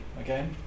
okay